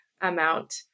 amount